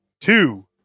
two